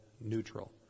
neutral